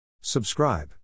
Subscribe